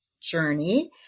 journey